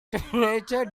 temperature